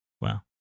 wow